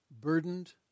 burdened